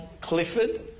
Clifford